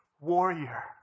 warrior